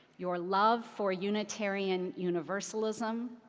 your love for unitarian universalism,